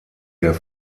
der